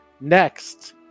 Next